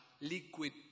liquid